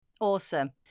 Awesome